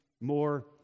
more